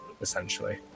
essentially